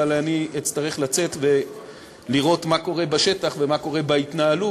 אבל אני אצטרך לצאת ולראות מה קורה בשטח ומה קורה בהתנהלות.